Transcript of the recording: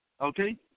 okay